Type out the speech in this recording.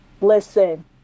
Listen